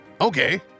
Okay